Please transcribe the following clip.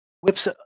whips